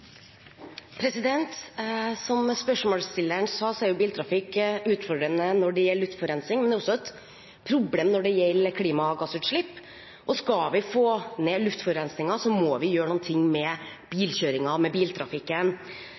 biltrafikk utfordrende når det gjelder luftforurensing, men det er også et problem med hensyn til klimagassutslipp. Skal vi få ned luftforurensingen, må vi gjøre noe med bilkjøringen og med biltrafikken. Samarbeidet med kommunene er, som tidligere sagt her, helt essensielt for å få ned biltrafikken,